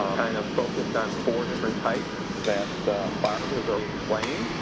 kind of focused on four different types that barb has already explained,